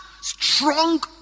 strong